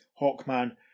Hawkman